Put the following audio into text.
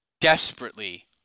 desperately